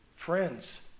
Friends